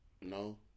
no